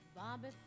Bobby